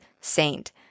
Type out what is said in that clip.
saint